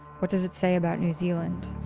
what does it say about new zealand?